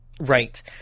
Right